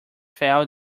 failed